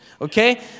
okay